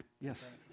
Yes